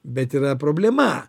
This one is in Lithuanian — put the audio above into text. bet yra problema